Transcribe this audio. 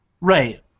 Right